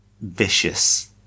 vicious